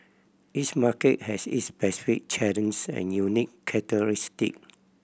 each market has its specific and unique characteristic